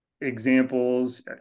examples